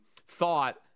thought